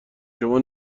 شما